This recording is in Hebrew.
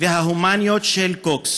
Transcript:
וההומניות של קוקס.